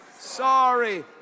sorry